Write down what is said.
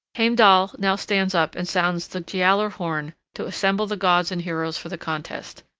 heimdall now stands up and sounds the giallar horn to assemble the gods and heroes for the contest.